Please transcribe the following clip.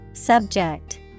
Subject